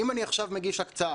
אם אני עכשיו מגיש הקצאה,